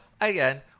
again